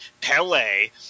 Pele